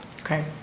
Okay